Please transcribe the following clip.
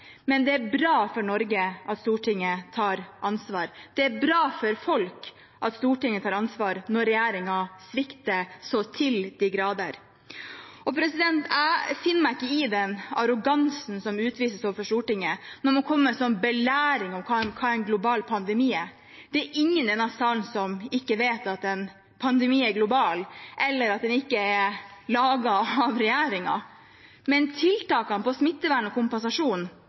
men det er bra for Norge at Stortinget tar ansvar, det er bra for folk at Stortinget tar ansvar, når regjeringen svikter så til de grader. Jeg finner meg ikke i den arrogansen som utvises overfor Stortinget når man kommer med en belæring om hva en global pandemi er. Det er ingen i denne salen som ikke vet at en pandemi er global, eller at den ikke er laget av regjeringen. Men tiltakene på smittevern og kompensasjon